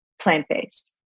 plant-based